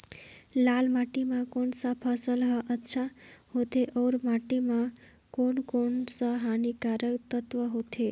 लाल माटी मां कोन सा फसल ह अच्छा होथे अउर माटी म कोन कोन स हानिकारक तत्व होथे?